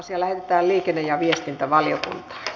asia lähetettiin liikenne ja viestintävaliokuntaan